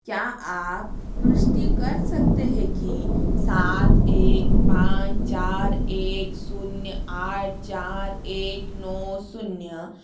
क्या आप पुष्टि कर सकते हैं कि सात एक पाँच चार एक शून्य आठ चार एक नौ शून्य